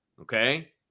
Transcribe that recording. Okay